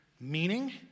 meaning